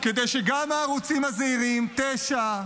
כדי שגם הערוצים הזעירים, 9,